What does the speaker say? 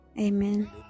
Amen